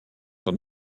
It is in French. sont